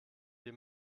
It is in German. wir